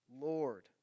Lord